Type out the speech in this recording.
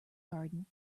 garden